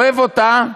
שאם אתה אוהב אותה,